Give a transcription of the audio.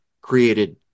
created